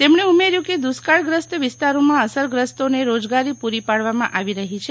તેમણે ઉમેર્યું કે દુષ્કાળગ્રસ્ત વિસ્તારોમાં અસરગ્રસ્તોને રોજગારી પુરી પાડવામાં આવી રહી છે